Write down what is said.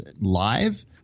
live –